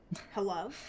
Hello